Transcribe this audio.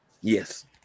Yes